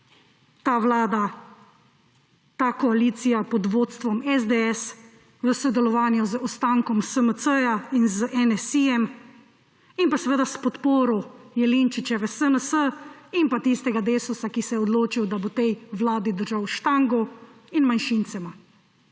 ta vlada, ta koalicija pod vodstvom SDS v sodelovanju z ostankom SMC in z NSi in pa seveda s podporo Jelinčičeve SNS in pa tistega Desusa, ki se je odločil, da bo tej vladi držal štango, in manjšincema.